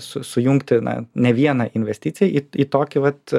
su sujungti na ne vieną investiciją į į tokį vat